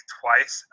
twice